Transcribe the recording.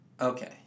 Okay